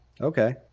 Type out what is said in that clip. Okay